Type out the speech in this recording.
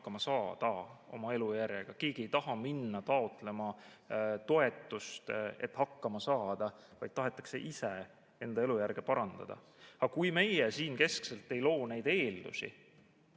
hakkama saada oma elujärjega. Keegi ei taha minna taotlema toetust, et hakkama saada, vaid tahetakse ise enda elujärge parandada. Aga kui meie siin keskselt ei loo neid eeldusi